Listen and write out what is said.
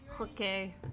Okay